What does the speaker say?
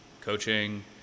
coaching